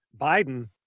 Biden